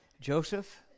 Joseph